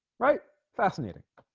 right fascinating